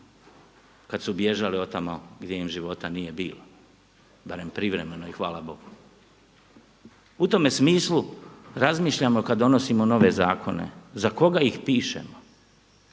kad su bježali od tamo gdje im života nije bilo, barem privremeno i hvala Bogu. U tome smislu razmišljamo kad donosimo nove zakone. Za koga ih pišemo?